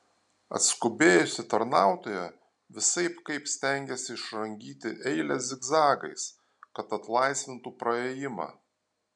atskubėjusi tarnautoja visaip kaip stengėsi išrangyti eilę zigzagais kad atlaisvintų praėjimą